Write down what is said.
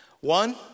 One